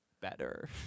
better